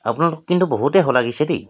আপোনালোক কিন্তু বহুতেই শলাগিছে দেই